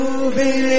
Moving